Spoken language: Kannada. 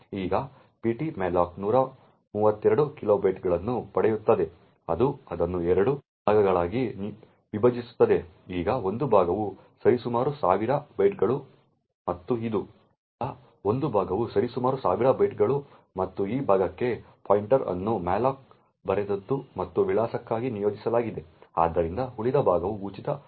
ಈಗ ptmalloc 132 ಕಿಲೋಬೈಟ್ಗಳನ್ನು ಪಡೆಯುತ್ತದೆ ಅದು ಅದನ್ನು 2 ಭಾಗಗಳಾಗಿ ವಿಭಜಿಸುತ್ತದೆ ಈಗ ಒಂದು ಭಾಗವು ಸರಿಸುಮಾರು ಸಾವಿರ ಬೈಟ್ಗಳು ಮತ್ತು ಇದು ಈಗ ಒಂದು ಭಾಗವು ಸರಿಸುಮಾರು ಸಾವಿರ ಬೈಟ್ಗಳು ಮತ್ತು ಈ ಭಾಗಕ್ಕೆ ಪಾಯಿಂಟರ್ ಅನ್ನು ಮ್ಯಾಲೋಕ್ ಬರೆದದ್ದು ಮತ್ತು ವಿಳಾಸಕ್ಕಾಗಿ ನಿಯೋಜಿಸಲಾಗಿದೆ ಆದ್ದರಿಂದ ಉಳಿದ ಭಾಗವು ಉಚಿತ ಭಾಗವಾಗಿದೆ